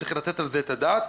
צריך לתת על זה את הדעת.